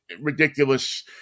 ridiculous –